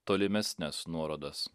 tolimesnes nuorodas